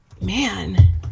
Man